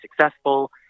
successful